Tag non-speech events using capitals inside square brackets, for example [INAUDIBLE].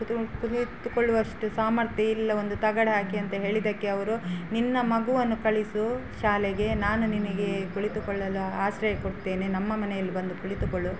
[UNINTELLIGIBLE] ಕುಳಿತುಕೊಳ್ಳುವಷ್ಟು ಸಾಮರ್ಥ್ಯ ಇಲ್ಲ ಒಂದು ತಗಡು ಹಾಕಿ ಅಂತ ಹೇಳಿದ್ದಕ್ಕೆ ಅವರು ನಿನ್ನ ಮಗುವನ್ನು ಕಳಿಸು ಶಾಲೆಗೆ ನಾನು ನಿನಗೆ ಕುಳಿತುಕೊಳ್ಳಲು ಆಶ್ರಯ ಕೊಡ್ತೇನೆ ನಮ್ಮ ಮನೆಯಲ್ಲಿ ಬಂದು ಕುಳಿತುಕೊಳ್ಳು